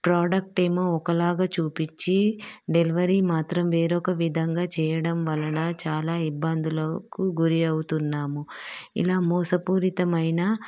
product ఏమో ఒకలాగా చూపించి డెలివరీ మాత్రం వేరొక విధంగా చేయడం వలన చాలా ఇబ్బందులకు గురి అవుతున్నాము ఇలా మోసపూరితమైన